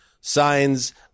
signs